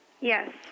Yes